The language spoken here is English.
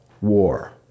war